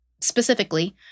specifically